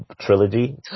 trilogy